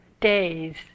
days